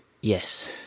Yes